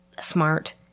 smart